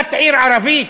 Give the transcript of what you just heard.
הקמת עיר ערבית,